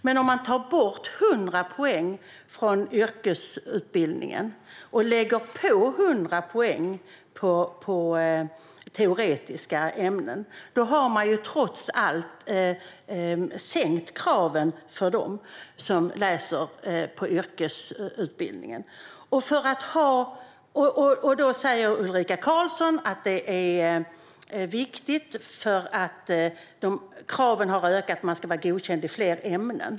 Men om man tar bort 100 poäng från yrkesutbildningen och lägger på 100 poäng på teoretiska ämnen har man trots allt sänkt kraven på dem som läser på yrkesutbildningen. Ulrika Carlsson säger att det är viktigt därför att kraven har ökat och för att man ska vara godkänd i fler ämnen.